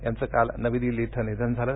त्यांचं काल नवी दिल्ली इथं निधन झालं